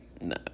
no